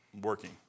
working